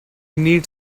need